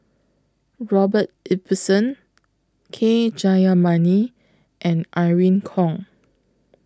Robert Ibbetson K Jayamani and Irene Khong